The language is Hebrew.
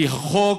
כי חוק